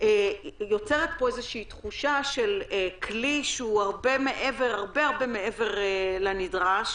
יוצרת פה איזושהי תחושה של כלי שהוא הרבה הרבה מעבר לנדרש.